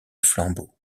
flambeau